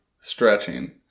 stretching